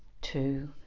two